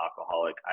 alcoholic